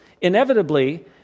Inevitably